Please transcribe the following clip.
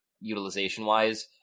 utilization-wise